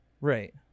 Right